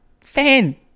fan